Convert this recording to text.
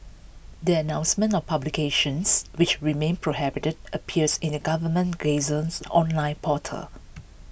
the announcement of publications which remain prohibited appears in the government Gazette's online portal